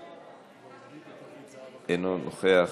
אינו נוכח.